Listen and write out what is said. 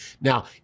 Now